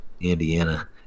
Indiana